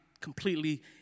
completely